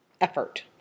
effort